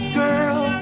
girl